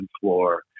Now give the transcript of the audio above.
floor